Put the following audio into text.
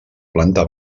planta